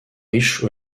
riche